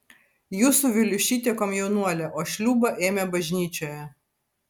jūsų viliušytė komjaunuolė o šliūbą ėmė bažnyčioje